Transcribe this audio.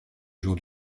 jour